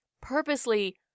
purposely